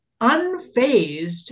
unfazed